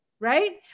right